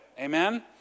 Amen